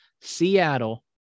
Seattle